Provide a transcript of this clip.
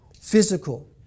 Physical